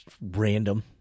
Random